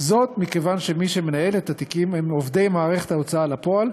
מכיוון שמי שמנהל את התיקים זה עובדי מערכת ההוצאה לפועל,